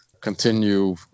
continue